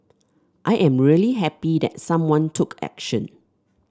I am really happy that someone took action